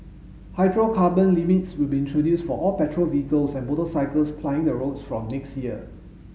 hydrocarbon limits will be introduced for all petrol vehicles and motorcycles plying the roads from next year